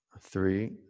three